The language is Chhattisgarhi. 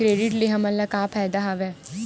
क्रेडिट ले हमन ला का फ़ायदा हवय?